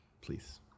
Please